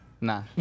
Nah